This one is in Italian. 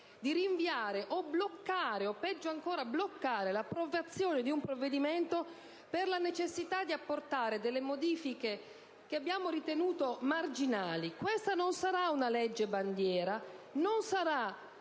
di rinviare o, peggio ancora, di bloccare l'approvazione di un provvedimento per di apportare delle modifiche da noi ritenute marginali. Questa non sarà una legge bandiera, non sarà